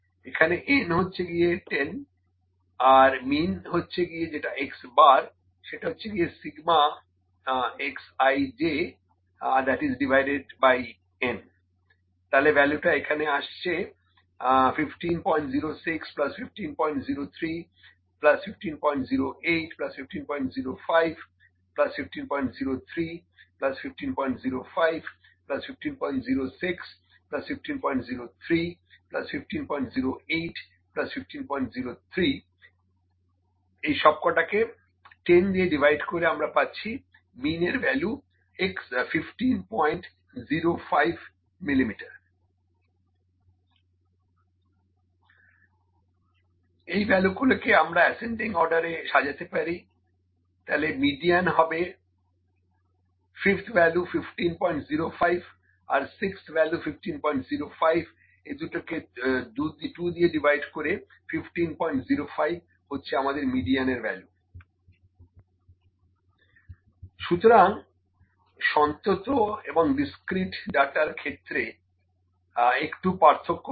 n 10 mean ¿ X' ∑ xijn 1506150315081505150315051506150315081503 10 mean X' 1505 millimetre পরিমাপ করা value গুলো অ্যাসেন্ডিং অর্ডার সাজানো আছে 1503 1503 1503 1503 1505 1505 1506 1506 1508 1508 মিডিয়ান এর ডেপথ ¿ মিডিয়ান 1505 1505 2 1505 মিলিমিটার সুতরাং সন্তত এবং ডিসক্রিট ডাটার ক্ষেত্রে একটু পার্থক্য আছে